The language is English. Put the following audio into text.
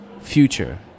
future